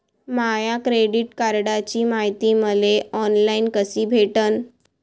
माया credit कार्डची मायती मले ऑनलाईन कसी भेटन?